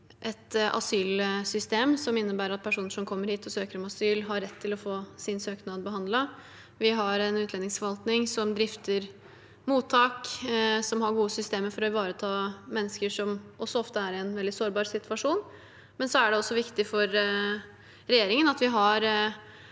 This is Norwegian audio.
et asylsystem som innebærer at personer som kommer hit og søker om asyl, har rett til å få sin søknad behandlet. Vi har en utlendingsforvaltning som drifter mottak og som har gode systemer for å ivareta mennesker som ofte også er i en veldig sårbar situasjon, men det er også viktig for regjeringen at vi har